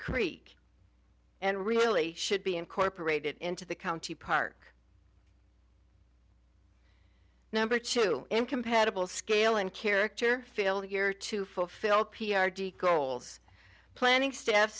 creek and really should be incorporated into the county park number two incompatible scale and character failure to fulfill p r g goals planning stiff